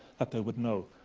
that they would know.